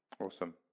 Awesome